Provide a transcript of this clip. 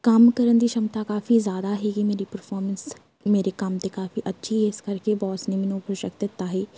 ਕੰਮ ਕਰਨ ਦੀ ਸ਼ਮਤਾ ਕਾਫ਼ੀ ਜ਼ਿਆਦਾ ਸੀਗੀ ਮੇਰੀ ਪਰਫੋਰਮੈਂਸ ਮੇਰੇ ਕੰਮ 'ਤੇ ਕਾਫ਼ੀ ਅੱਛੀ ਹੈ ਇਸ ਕਰਕੇ ਬੋਸ ਨੇ ਮੈਨੂੰ ਉਹ ਪ੍ਰੋਜੈਕਟ ਦਿੱਤਾ ਸੀ